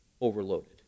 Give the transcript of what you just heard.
overloaded